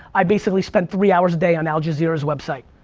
i basically spent three hours a day on al-jazeera's website,